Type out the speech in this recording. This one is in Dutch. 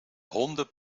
honden